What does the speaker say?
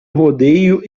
rodeio